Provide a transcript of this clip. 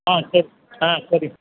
ஆ சரி ஆ சரி